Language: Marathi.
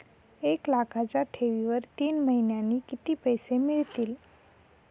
एक लाखाच्या ठेवीवर तीन महिन्यांनी किती पैसे मिळतील?